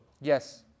Yes